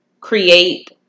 create